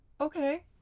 Okay